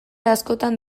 askotan